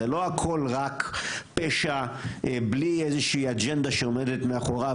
זה לא הכול רק פשע בלי איזושהי אג'נדה שעומדת מאחוריו,